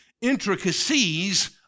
intricacies